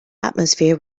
atmosphere